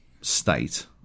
state